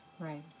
Right